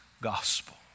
gospel